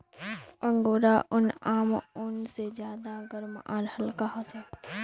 angora ऊन आम ऊन से ज्यादा गर्म आर हल्का ह छे